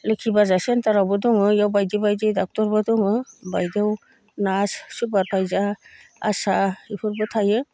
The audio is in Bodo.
लोखि बाजार सेन्टारावबो दङो इयाव बायदि बायदि ड'क्टरबो दङो बायदेव नार्स सुपारभाइजार आसा इफोरबो थायो